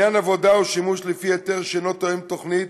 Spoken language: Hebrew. לעניין עבודה או שימוש לפי היתר שאינו תואם תוכנית,